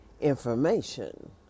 information